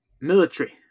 Military